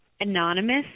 anonymous